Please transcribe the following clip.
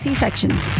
C-sections